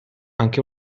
anche